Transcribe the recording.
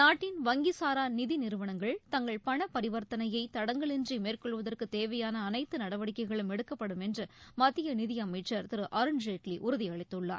நாட்டின் வங்கிசாரா நிதி நிறுவனங்கள் தங்கள் பணபரிவர்த்தனையை தடங்கலின்றி மேற்கொள்வற்குத் தேவையான அனைத்து நடவடிக்கைகளும் எடுக்கப்படும் என்று மத்திய நிதி அமைச்சர் திரு அருண்ஜேட்லி உறுதியளித்துள்ளார்